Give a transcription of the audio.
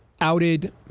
outed